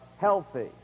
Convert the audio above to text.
healthy